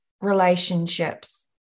relationships